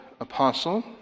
apostle